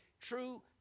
true